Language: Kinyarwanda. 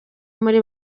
muri